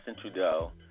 Trudeau